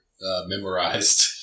Memorized